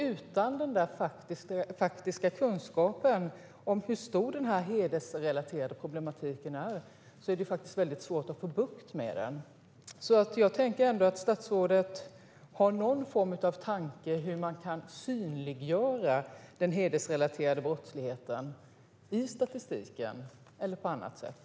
Utan den faktiska kunskapen om hur stort det hedersrelaterade problemet är, är det svårt att få bukt med det. Jag tänker ändå att statsrådet har någon form av tanke om hur man kan synliggöra den hedersrelaterade brottsligheten i statistiken eller på annat sätt.